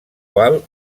qual